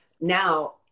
now